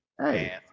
Hey